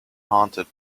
haunted